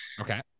Okay